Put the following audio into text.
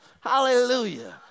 Hallelujah